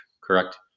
correct